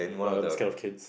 err this kind of kids